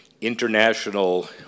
international